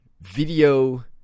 video